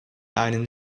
einen